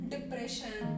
Depression